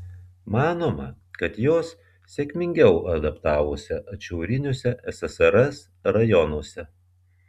manoma kad jos sėkmingiau adaptavosi atšiauriuose ssrs rajonuose